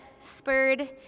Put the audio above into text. spurred